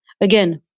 Again